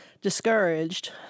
discouraged